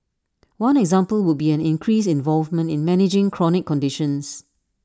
one example would be an increased involvement in managing chronic conditions